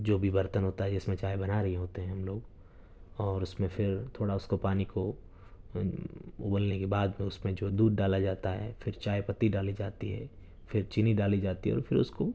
جو بھی برتن ہوتا ہے جس میں چائے بنا رہی ہوتے ہیں ہم لوگ اور اس میں پھر تھوڑا اس کو پانی کو ابلنے کے بعد اس میں جو دودھ ڈالا جاتا ہے پھر چائے پتی ڈالی جاتی ہے پھر چینی ڈالی جاتی ہے اور پھر اس کو